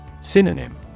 Synonym